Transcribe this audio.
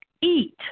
eat